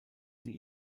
sie